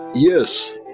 Yes